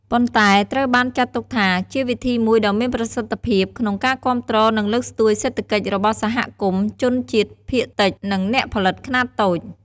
ប៉ុន្តែត្រូវបានចាត់ទុកថាជាវិធីមួយដ៏មានប្រសិទ្ធភាពក្នុងការគាំទ្រនិងលើកស្ទួយសេដ្ឋកិច្ចរបស់សហគមន៍ជនជាតិភាគតិច និងអ្នកផលិតខ្នាតតូច។